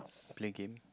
play game